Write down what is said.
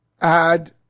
add